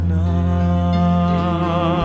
now